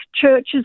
churches